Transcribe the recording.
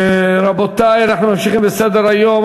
רבותי, אנחנו ממשיכים בסדר-היום.